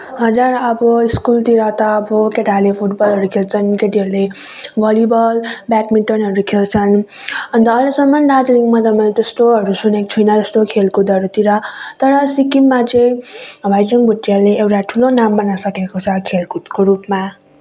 हजुर अब स्कुलतिर त अब केटाहरूले फुटबलहरू खेल्छन् केटीहरूले भली बल ब्याडमिन्टनहरू खेल्छन् अन्त अहिलेसम्म दार्जिलिङमा त मैले त्यस्तोहरू सुनेको छुइनँ जस्तो खेलकुदहरूतिर तर सिक्किममा चाहिँ भाइचुङ भुटियाले एउटा ठुलो नाम बनाइसकेको छ खेलकुदको रूपमा